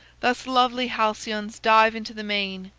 thus lovely halcyons dive into the main,